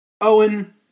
Owen